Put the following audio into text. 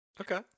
okay